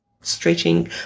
stretching